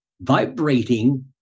vibrating